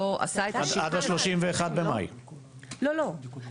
עד 31.5. לא.